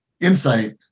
insight